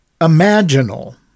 Imaginal